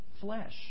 flesh